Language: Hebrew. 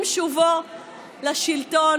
עם שובו לשלטון,